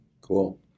cool